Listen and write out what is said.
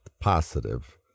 positive